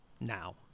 now